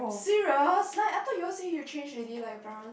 serious like I thought you all say you change already like your parent